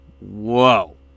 whoa